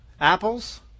Apples